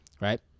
right